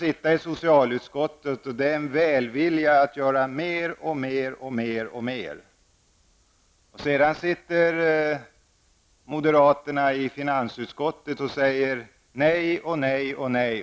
I socialutskottet visar man en välvilja att göra mer, mer och mer. Men moderaterna i finansutskottet säger: Nej, nej och nej!